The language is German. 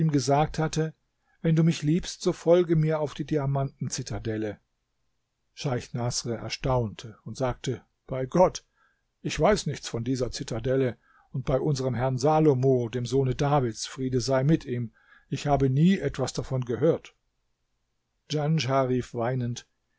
gesagt hatte wenn du mich liebst so folge mir auf die diamanten zitadelle scheich naßr erstaunte und sagte bei gott ich weiß nichts von dieser zitadelle und bei unserm herrn salomo dem sohne davids friede sei mit ihm ich habe nie etwas davon gehört djanschah rief weinend